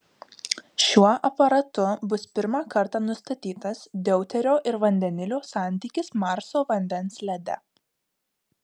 šiuo aparatu bus pirmą kartą nustatytas deuterio ir vandenilio santykis marso vandens lede